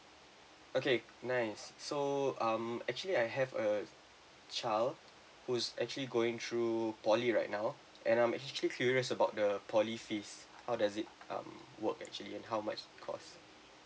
okay nice so um actually I have a child who's actually going through poly right now and I'm actually curious about the poly fees how does it um work actually and how much it cost